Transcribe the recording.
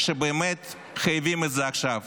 שבאמת חייבים את זה עכשיו.